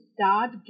start